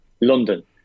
London